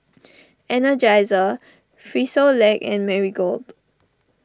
Energizer Frisolac and Marigold